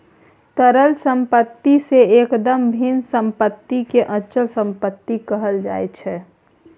तरल सम्पत्ति सँ एकदम भिन्न सम्पत्तिकेँ अचल सम्पत्ति कहल जाइत छै